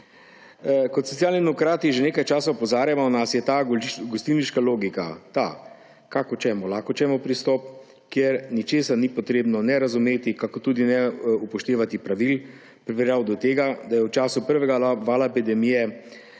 Kot Socialni demokrati že nekaj časa opozarjamo, nas je ta gostilniška logika in pristop Kako ćemo? Lako ćemo, kjer nič ni potrebno ne razumeti, kakor tudi ne upoštevati pravil, pripeljal do tega, da je v času prvega vala epidemije